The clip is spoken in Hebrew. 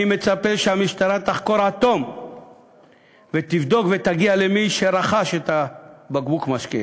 אני מצפה שהמשטרה תחקור עד תום ותבדוק ותגיע למי שרכש את בקבוק המשקה